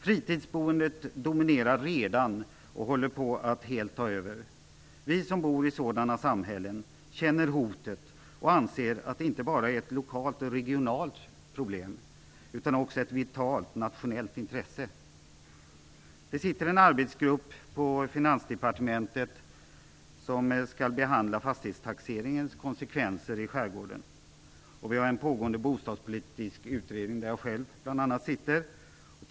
Fritidsboendet dominerar redan och håller på att helt ta över. Vi som bor i sådana samhällen känner hotet och anser att det inte bara är ett lokalt eller regionalt problem utan att det också är ett vitalt nationellt intresse. En arbetsgrupp på Finansdepartementet skall behandla frågan om fastighetstaxeringens konsekvenser i skärgården. Dessutom pågår en bostadspolitisk utredning, där bl.a. jag själv sitter med.